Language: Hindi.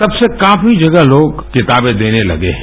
तब से काफी जगह लोग किताबें देने लगे हैं